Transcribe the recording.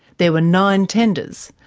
there were nine tenders.